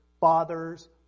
fathers